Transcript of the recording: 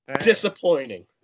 Disappointing